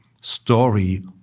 story